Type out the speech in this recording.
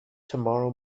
tomorrow